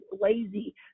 lazy